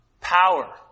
power